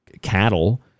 cattle